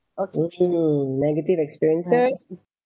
continue negative experiences